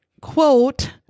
quote